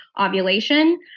ovulation